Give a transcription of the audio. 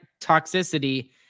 toxicity